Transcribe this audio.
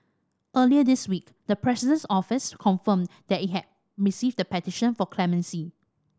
earlier this week the President's Office confirmed that it had received the petition for clemency